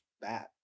bad